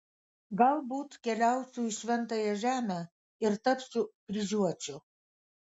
galbūt keliausiu į šventąją žemę ir tapsiu kryžiuočiu